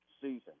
season